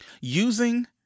Using